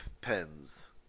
Pens